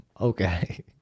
okay